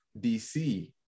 DC